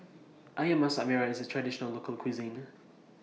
Ayam Masak Merah IS A Traditional Local Cuisine